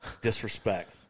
disrespect